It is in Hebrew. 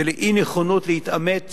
ולאי-נכונות להתעמת